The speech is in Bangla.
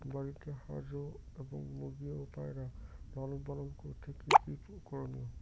বাড়িতে হাঁস এবং মুরগি ও পায়রা লালন পালন করতে কী কী করণীয়?